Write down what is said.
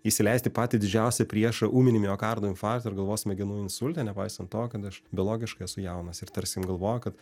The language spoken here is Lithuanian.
įsileisti patį didžiausią priešą ūminį miokardo infarktą ir galvos smegenų insultą nepaisant to kad aš biologiškai esu jaunas ir tarsi galvoju kad